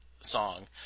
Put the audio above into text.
song